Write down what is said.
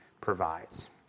provides